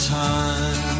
time